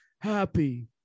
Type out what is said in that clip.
happy